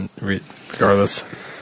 regardless